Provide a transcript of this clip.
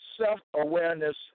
Self-awareness